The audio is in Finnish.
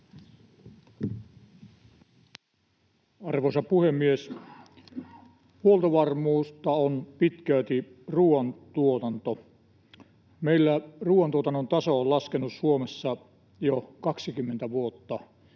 Arvoisa puhemies! Huoltovarmuutta on pitkälti ruuantuotanto. Meillä Suomessa ruuantuotannon taso on laskenut jo 20 vuotta